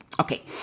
Okay